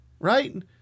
Right